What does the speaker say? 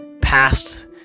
past